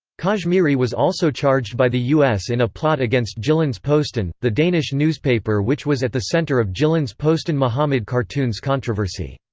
kashmiri was also charged by the us in a plot against jyllands-posten, the danish newspaper which was at the center of jyllands-posten muhammad cartoons controversy.